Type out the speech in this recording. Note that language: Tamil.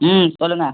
ம் சொல்லுங்கள்